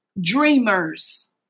dreamers